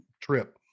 trip